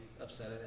upset